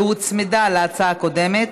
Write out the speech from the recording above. שהוצמדה להצעה הקודמת,